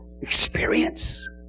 experience